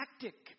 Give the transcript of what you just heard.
tactic